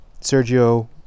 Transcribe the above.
Sergio